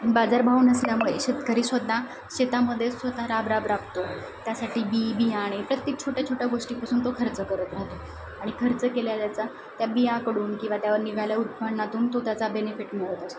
बाजारभाव नसल्यामुळे शेतकरी स्वत शेतामध्ये स्वत राब राब राबतो त्यासाठी बि बियाणे प्रत्येक छोट्या छोट्या गोष्टीपासून तो खर्च करत राहतो आणि खर्च केलेलाचा त्या बियाकडून किंवा त्या निघाल्या उत्पन्नातून तो त्याचा बेनिफिट मिळत असतो